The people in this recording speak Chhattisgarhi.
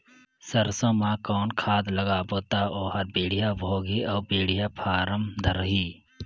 सरसो मा कौन खाद लगाबो ता ओहार बेडिया भोगही अउ बेडिया फारम धारही?